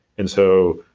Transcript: and so,